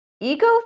ego